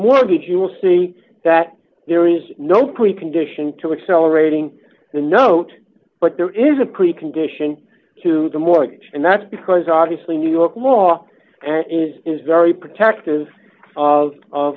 mortgage you will see that there is no precondition to accelerating the note but there is a precondition to the mortgage and that's because obviously new york was and is is very protective of